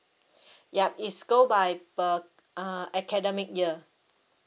yup is go bir~ uh academic year